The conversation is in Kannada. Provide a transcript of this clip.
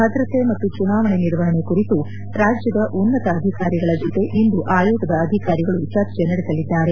ಭದ್ರತೆ ಮತ್ತು ಚುನಾವಣೆ ನಿರ್ವಹಣೆ ಕುರಿತು ರಾಜ್ಯದ ಉನ್ನತ ಅಧಿಕಾರಿಗಳ ಜೊತೆ ಇಂದು ಆಯೋಗದ ಅಧಿಕಾರಿಗಳು ಚರ್ಚೆ ನಡೆಸಲಿದ್ದಾರೆ